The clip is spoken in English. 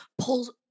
Pulls